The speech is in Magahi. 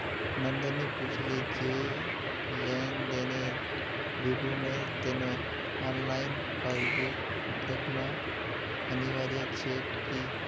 नंदनी पूछले जे लेन देनेर विवरनेर त न ऑनलाइन पासबुक दखना अनिवार्य छेक की